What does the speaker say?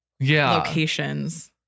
locations